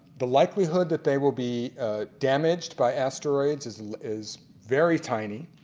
the likelihood that they will be damaged by asteroids is is very tiny.